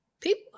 people